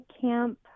camp